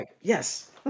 Yes